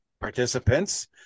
participants